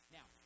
Now